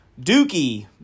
Dookie